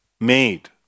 made